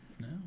no